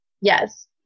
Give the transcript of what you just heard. Yes